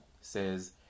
says